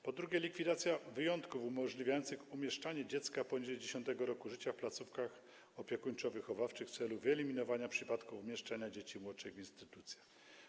Po drugie, likwiduje się wyjątki umożliwiające umieszczanie dziecka poniżej 10. roku życia w placówkach opiekuńczo-wychowawczych w celu wyeliminowania przypadków umieszczenia dzieci młodszych w instytucjach.